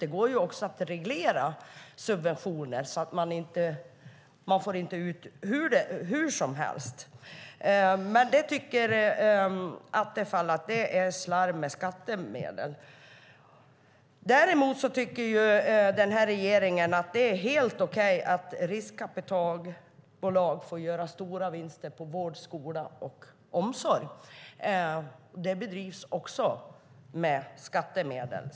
Det går att reglera subventioner så att man inte får ut dem hur som helst. Men Attefall tycker att det är slarv med skattemedel. Däremot tycker regeringen att det är helt okej att riskkapitalbolag får göra stora vinster på vård, skola och omsorg. Det bedrivs också med skattemedel.